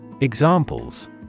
Examples